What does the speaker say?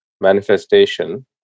manifestation